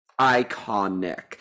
iconic